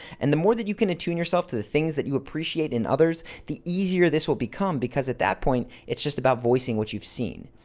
and the more that you can attune yourself to the things that you appreciate in others, the easier this will become because at that point, it's just about voicing what you've seen.